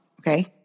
okay